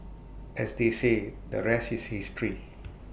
as they say the rest is history